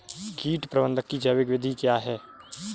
कीट प्रबंधक की जैविक विधि क्या है?